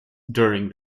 during